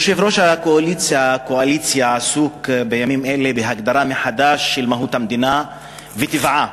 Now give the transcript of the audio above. יושב-ראש הקואליציה עסוק בימים אלה בהגדרה מחדש של מהות המדינה וטבעה.